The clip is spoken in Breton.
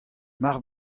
mar